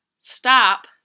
Stop